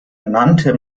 nannte